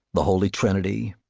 the holy trinity,